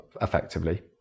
effectively